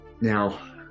Now